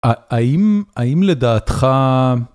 האם, האם לדעתך...